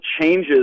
changes